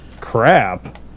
Crap